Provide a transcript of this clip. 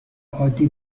عادی